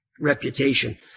Reputation